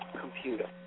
computer